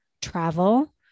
travel